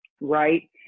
right